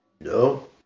no